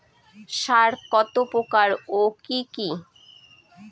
সার কত প্রকার ও কি কি?